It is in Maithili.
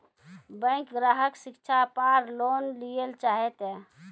बैंक ग्राहक शिक्षा पार लोन लियेल चाहे ते?